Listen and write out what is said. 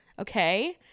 Okay